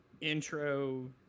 intro